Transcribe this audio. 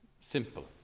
simple